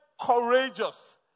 courageous